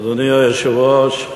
אדוני היושב-ראש,